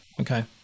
Okay